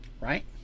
Right